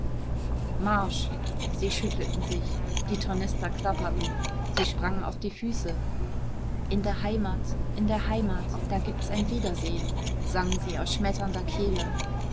marsch sie schüttelten sich die tornister klapperten sie sprangen auf die füße in der heimat in der heimat da gibt's ein wiedersehn sangen sie aus schmetternder kehle